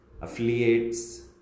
affiliates